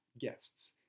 guests